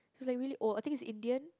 he was like really old I think is Indian